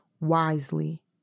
wisely